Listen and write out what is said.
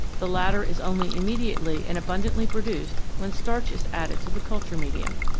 the latter is only immediately and abundantly pro duced when starch is added to the culture medium.